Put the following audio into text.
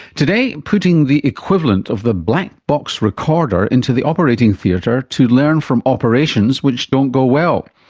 today, putting the equivalent of the black box recorder into the operating theatre to learn from operations which don't go well.